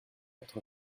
quatre